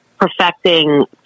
perfecting